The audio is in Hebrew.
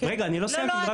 רגע, אני לא סיימתי.